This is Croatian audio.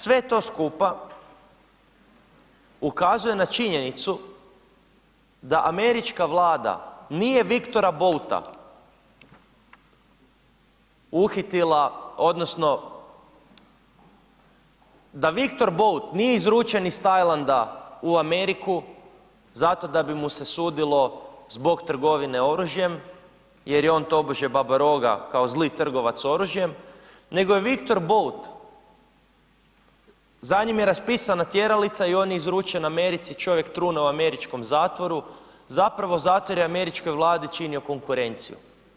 Sve to skupa ukazuje na činjenicu da američka Vlada nije Viktora Bout uhitila odnosno da Viktor Bout nije izručen iz Tajlanda u Ameriku zato da bi mu se sudilo zbog trgovine oružjem jer je on tobože babaroga, kao zli trgovac oružjem, nego je Viktoru Bout, za njim je raspisana tjeralica i on je izručen Americi, čovjek trune u američkom zatvoru zapravo zato jer je američkoj Vladi činio konkurenciju.